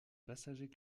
passagers